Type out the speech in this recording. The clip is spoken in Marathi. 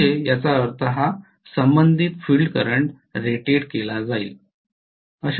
म्हणजे याचा अर्थ हा संबंधित फील्ड करंट रेटेड केला जाईल